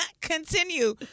Continue